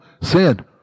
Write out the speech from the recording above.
sin